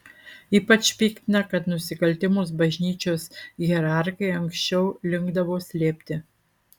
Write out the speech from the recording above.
ypač piktina kad nusikaltimus bažnyčios hierarchai anksčiau linkdavo slėpti